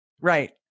right